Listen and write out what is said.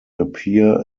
appear